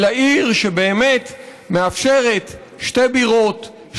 אלא עיר שבאמת מאפשרת שתי בירות,